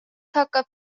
hakkab